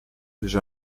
j’ai